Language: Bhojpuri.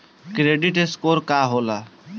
क्रेडिट स्कोर का होला?